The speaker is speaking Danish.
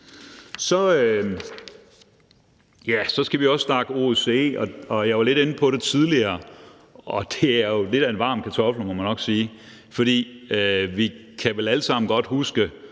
Så skal vi også snakke OSCE. Jeg var lidt inde på det tidligere, og det er jo lidt af en varm kartoffel, må man nok sige. Vi kan vel alle sammen godt huske,